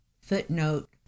footnote